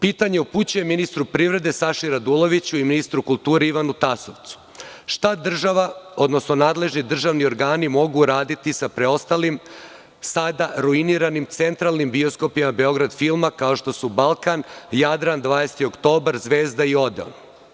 Pitanje upućujem ministru privrede, Saši Raduloviću i ministru kulture, Ivanu Tasovcu – šta država, odnosno nadležni državni organi mogu raditi sa preostalim, sada ruiniranim centralnim bioskopima „Beograd filma“, kao što su „Balkan“, „Jadran“, „20. oktobar“, „Zvezda“ i „Odeon“